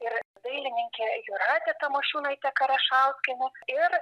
ir dailininkė jūratė tamošiūnaitė karašauskienė ir